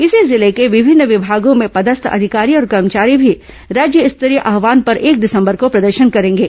इसी जिले के विभिन्न विमागों में पदस्थ अधिकारी और कर्मचारी भी राज्य स्तरीय आव्हान पर एक दिसंबर को प्रदर्शन करेंगे